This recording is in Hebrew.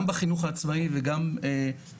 גם בחינוך העצמאי וגם